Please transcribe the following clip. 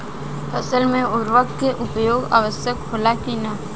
फसल में उर्वरक के उपयोग आवश्यक होला कि न?